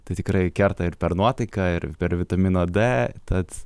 tai tikrai kerta ir per nuotaiką ir per vitamino d tad